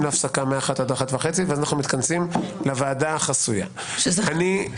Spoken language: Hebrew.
להפסקה משעה 13:00 עד 13:30 ואז מתכנסים לוועדה החסויה בחדר